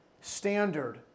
standard